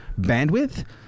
bandwidth